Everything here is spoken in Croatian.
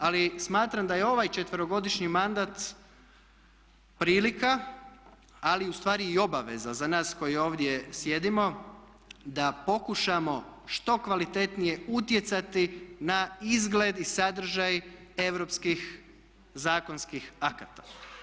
Ali smatram da je ovaj četverogodišnji mandat prilika ali ustvari i obaveza za nas koji ovdje sjedimo da pokušamo što kvalitetnije utjecati na izgled i sadržaj europskih zakonskih akata.